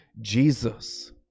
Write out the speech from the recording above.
jesus